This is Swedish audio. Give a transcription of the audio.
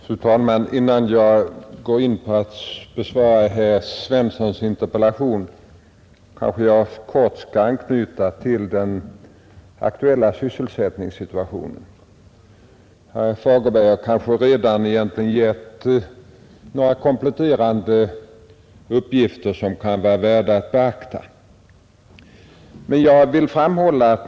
Fru talman! Innan jag besvarar herr Svenssons i Malmö interpellation vill jag helt kort knyta an till den aktuella sysselsättningssituationen. Herr Fagerlund har redan lämnat vissa kompletterande uppgifter som kan vara värda att beakta.